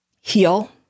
heal